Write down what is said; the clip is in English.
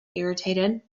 irritated